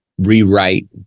rewrite